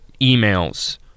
emails